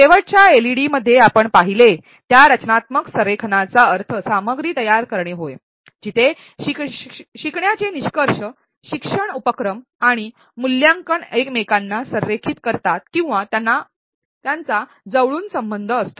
शेवटच्या एलईडी मध्ये आम्ही पाहिले त्या रचनात्मक संरेखनाचा अर्थ सामग्री तयार करणे होय जिथे शिकण्याचे निष्कर्ष शिक्षण उपक्रम आणि मूल्यांकन एकमेकांना संरेखित करतात किंवा त्यांचा जवळून संबंध असतो